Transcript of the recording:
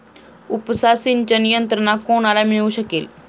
उपसा सिंचन यंत्रणा कोणाला मिळू शकेल?